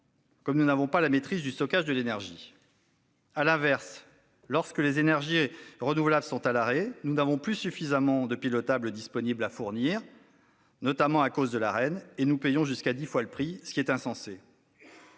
puisque nous n'avons pas la maîtrise du stockage de l'énergie. À l'inverse, lorsque les énergies renouvelables sont à l'arrêt, nous n'avons plus suffisamment de pilotable disponible à fournir, notamment à cause de l'Arenh, et nous payons jusqu'à dix fois le prix, ce qui est insensé